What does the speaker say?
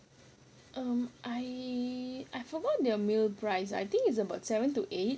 um i~ I forgot their meal price I think it's about seven to eight